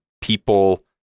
people